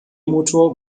motor